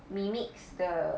mimics the